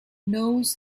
knows